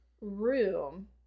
room